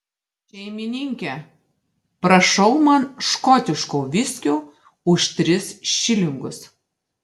šeimininke prašau man škotiško viskio už tris šilingus